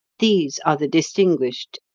these are the distinguished,